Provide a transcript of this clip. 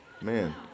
Man